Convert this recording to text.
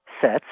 sets